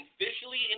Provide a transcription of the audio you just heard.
officially